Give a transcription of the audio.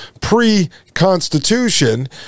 pre-Constitution